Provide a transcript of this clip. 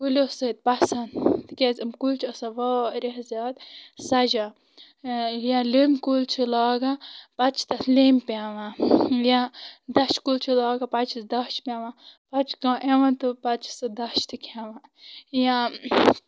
کُلیو سۭتۍ پَسَنٛد تِکیٛازِ یِم کُلۍ چھِ آسان واریاہ زیادٕ سَجان یا لیٚمبۍ کُلۍ چھِ لاگان پَتہٕ چھِ تَتھ لیٚمبۍ پٮ۪وان یا دَچھِ کُل چھُ لاگان پَتہٕ چھِس دَچھ پٮ۪وان پَتہٕ چھِ کانٛہہ یِوان تہٕ پَتہٕ چھِ سُہ دَچھ تہِ کھٮ۪وان یا